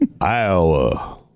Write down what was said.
Iowa